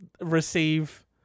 receive